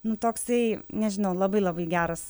nu toksai nežinau labai labai geras